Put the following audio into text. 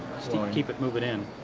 keep it moving in.